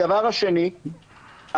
הדבר השני,